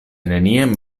neniam